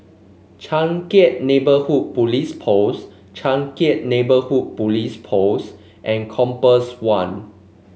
Changkat Neighbourhood Police Post Changkat Neighbourhood Police Post and Compass One